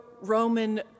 Roman